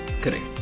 Correct